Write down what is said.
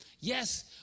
Yes